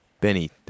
Benny